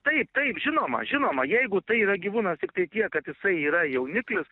taip taip žinoma žinoma jeigu tai yra gyvūnas tiktai tiek kad jisai yra jauniklis